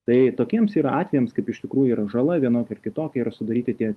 tai tokiems yra atvejams kaip iš tikrųjų yra žala vienokia ar kitokia yra sudaryti tie